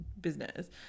business